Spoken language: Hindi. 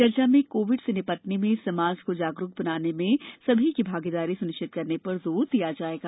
चर्चा में कोविड से निपटने में समाज को जागरूक बनाने में सभी की भागीदारी सुनिश्चित करने पर जोर दिया जाएगा